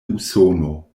usono